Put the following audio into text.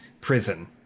prison